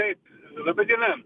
taip laba diena